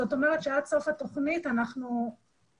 זאת אומרת שעד סוף התוכנית אנחנו נגיע